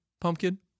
pumpkin